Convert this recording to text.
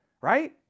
right